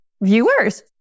viewers